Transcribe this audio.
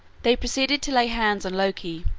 they proceeded to lay hands on loki,